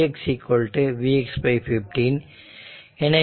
5e 2